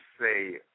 say